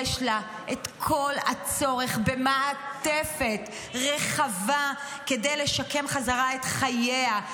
יש לה את כל הצורך במעטפת רחבה כדי לשקם חזרה את חייה,